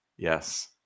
Yes